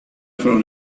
fueron